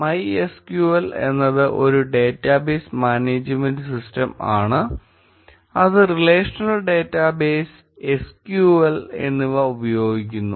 MySQL എന്നത് ഒരു database management system ആണ് അത് റിലേഷണൽ ഡാറ്റാ ബേസ് SQL എന്നിവ ഉപയോഗിക്കുന്നു